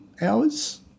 hours